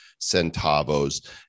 centavos